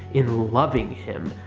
in loving him,